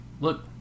look